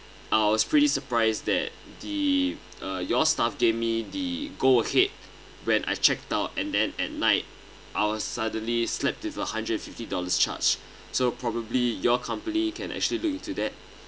I was pretty surprised that the uh your staff gave me the go ahead when I checked out and then at night I was suddenly slapped with a hundred fifty dollars charge so probably your company you can actually look into that